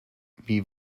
wie